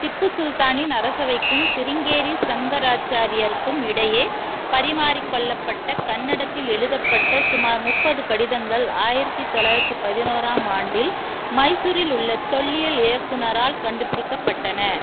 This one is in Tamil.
திப்பு சுல்தானின் அரசவைக்கும் சிருங்கேரி சங்கராச்சாரியாருக்கும் இடையே பரிமாறிக்கொள்ளப்பட்ட கன்னடத்தில் எழுதப்பட்ட சுமார் முப்பது கடிதங்கள் ஆயிரத்து தொள்ளாயிரத்து பதினோராம் ஆண்டில் மைசூரில் உள்ள தொல்லியல் இயக்குநரால் கண்டுபிடிக்கப்பட்டன